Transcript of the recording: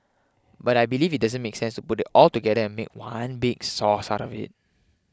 but I believe it doesn't make sense to put it all together and make one big sauce out of it